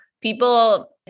people